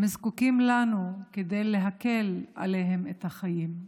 הם זקוקים לנו כדי להקל עליהם את החיים.